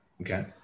okay